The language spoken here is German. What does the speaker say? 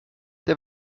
der